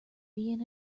being